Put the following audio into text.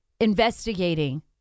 Investigating